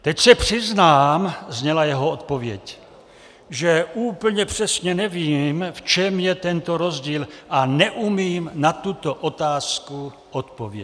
Teď se přiznám, zněla jeho odpověď, že úplně přesně nevím, v čem je tento rozdíl, a neumím na tuto otázku odpovědět.